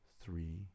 three